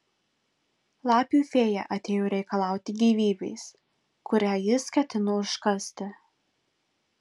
lapių fėja atėjo reikalauti gyvybės kurią jis ketino užkasti